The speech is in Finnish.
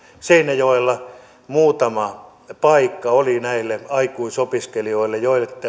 seinäjoella muutama paikka oli näille aikuisopiskelijoille